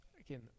again